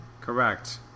Correct